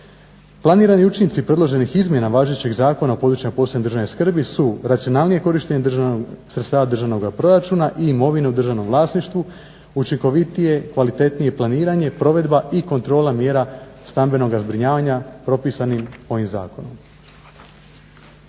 Planirani učinci predloženih izmjena važećeg Zakona o područjima posebne državne skrbi su racionalnije korištenje sredstava državnoga proračuna i imovine u državnom vlasništvu, učinkovitije, kvalitetnije planiranje, provedba i kontrola mjera stambenoga zbrinjavanja propisani ovim zakonom.